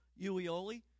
Ueoli